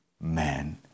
man